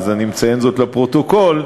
ואני מציין זאת לפרוטוקול,